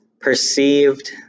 perceived